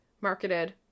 marketed